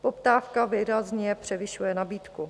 Poptávka výrazně převyšuje nabídku.